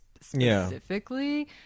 specifically